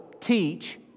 teach